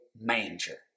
manger